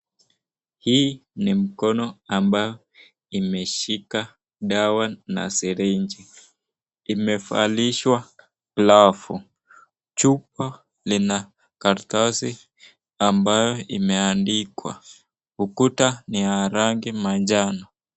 Hii ni mkono ambayo imeshika dawa na sirinji , imevalishwa glovu. Chupa ina karatasi ambayo imeandikwa , ukuta ni ya rangi manjano.